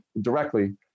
directly